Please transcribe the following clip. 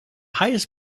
highest